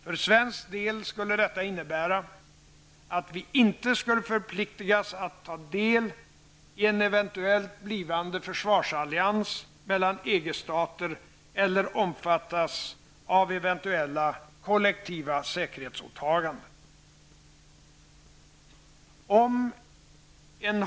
För svensk del skulle detta innebära, att vi inte skulle förpliktigas att ta del i en eventuell blivande försvarsallians mellan EG-stater eller omfattas av eventuella kollektiva säkerhetsåtaganden.